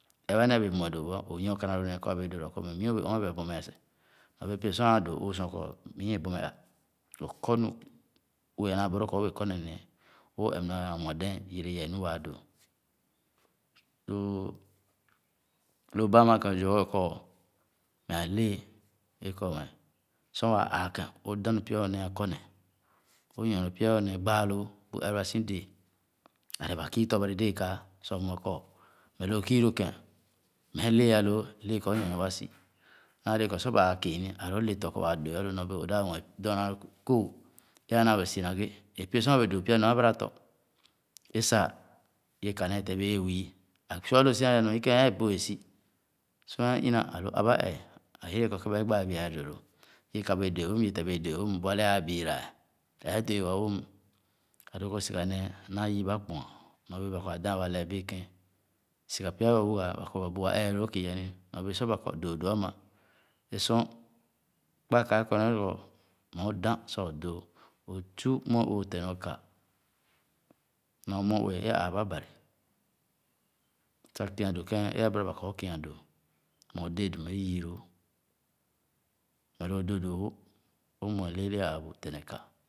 Ere ba néé a´bẽẽ mue dõõ wò ã, o´nyo kànà lõ néé kɔ a´bẽẽ dõõ dõõ wa kɔ dõõ wò kɔ mii o´bèè ɔn nɔ a´bèè a´bonme a´seh, nyorbee pye sor a´dõõ õõ´ sua kɔ mü é bõnme á. O´kɔ nu, ue anaa bɔlõõ kɔ o´bee kɔ ne néé. O´ɛp na anwadɛɛn yere yɛɛ nu waa dõõ. Lòò, lõ ba ama kẽn zoghe kɔ meh alee é kɔ meh sor waa ãã kẽn o´dãn nu pyaco´néé a´kɔ ne, o´nyorne pya o´nee gbaa loo bu ɛreba si dẽẽ, ale ba kü tɔ-bari dẽẽ kaa sah o´mue kɔ meh lõ o´kii lõ kẽn meh e´lee a´lõõ, lee kɔ waa dõõ alõ nyorbẽ o´dah mue dɔɔna kooh é anaa wee si na ghe, ẽ pye-sor a´bẽẽ dõõ pyà-nu alaba tɔ ẽ sah ye ka neh ye teh bẽẽ ye wü, ã sua lōō si aya nua ikẽn ẽẽ bēē bōō si. Sor é ina. alu aba-ee. ā yeredee kɔ kē ba gba bià dōōlò. Yr ka bèè dōi wōm. ye teh bēē dōō wōm. bu ulɛ āā biira, ɛɛ dōō wa wōm. A´dōō kɔ sigha néé naa yiiba kpoa nɔ béé ba kɔ a´dān wa lɛɛ bèè kēn. Srcgha pya o´wucga ba kɔ ba. bu wa ee lō lōō kā iya ni nyor bee sor ba kɔ dōō ama. ē sor kpakae kɔ nee kɔ meh o´dān sah o´dōō. o´su mue-ue o´teh neh o´ka nua mue-ue ē ā āā ba Bari sah kia dōō kèn é alaba kɔ o´kia dōō. meh o´dee dum e ̄ yii lōō. Meh lo o´dōō dōō wo. o´mue lee lee ā āā bu ka neh teh